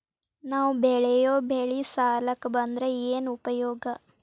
ನಾವ್ ಬೆಳೆಯೊ ಬೆಳಿ ಸಾಲಕ ಬಂದ್ರ ಏನ್ ಉಪಯೋಗ?